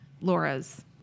Laura's